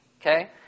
okay